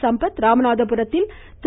சம்பத் ராமநாதபுரத்தில் திரு